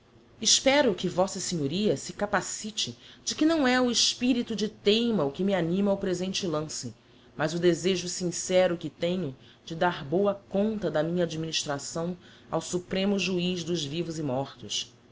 espero que v s a se capacite de que não é o espirito de teima o que me anima ao presente lance mas o desejo sincero que tenho de dar boa conta da minha administração ao supremo juiz dos vivos e mortos